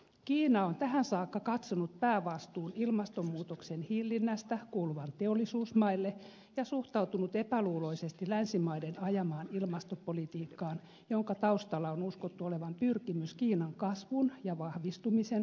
kiina on tähän saakka katsonut päävastuun ilmastonmuutoksen hillinnästä kuuluvan teollisuusmaille ja suhtautunut epäluuloisesti länsimaiden ajamaan ilmastopolitiikkaan jonka taustalla on uskottu olevan pyrkimys kiinan kasvun ja vahvistumisen rajoittamiseen